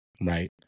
right